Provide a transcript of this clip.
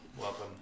welcome